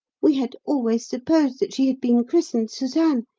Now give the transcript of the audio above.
we had always supposed that she had been christened suzanne,